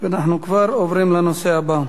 אנחנו כבר עוברים לנושא הבא.